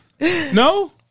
No